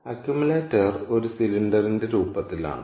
accumulator ഒരു സിലിണ്ടറിന്റെ രൂപത്തിലാണ്